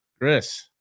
Chris